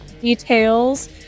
details